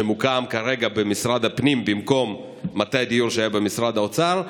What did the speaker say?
שמוקם כרגע במשרד הפנים במקום מטה הדיור שהיה במשרד האוצר,